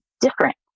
different